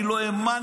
אני לא האמנתי,